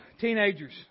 Teenagers